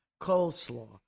coleslaw